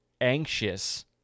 anxious